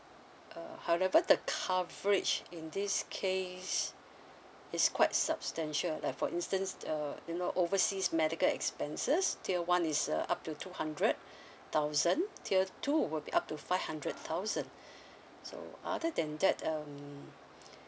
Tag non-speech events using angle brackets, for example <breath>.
uh however the coverage in this case <breath> it's quite substantial like for instance uh you know overseas medical expenses tier one is uh up to two hundred thousand <breath> tier two would be up to five hundred thousand <breath> so other than that um <breath>